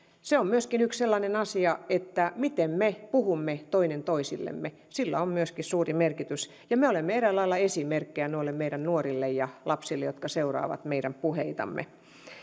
se on myöskin yksi sellainen asia että sillä miten me puhumme toinen toisille on suuri merkitys ja me olemme eräällä lailla esimerkkejä meidän nuorille ja lapsille jotka seuraavat meidän puheitamme